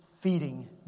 feeding